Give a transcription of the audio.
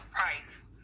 price